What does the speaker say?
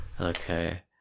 Okay